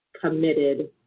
committed